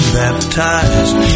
baptized